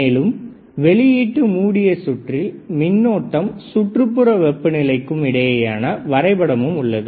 மேலும் வெளியீட்டு மூடிய சுற்றில் மின்னோட்டதிற்கும் சுற்றுப்புற வெப்ப நிலைக்கும் இடையேயான வரைபடமும் உள்ளது